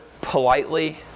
politely